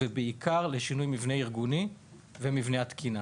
ובעיקר לשינוי המבנה הארגוני ומבני התקינה.